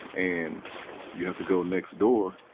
and you have to go next door,